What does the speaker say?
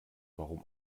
warum